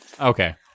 Okay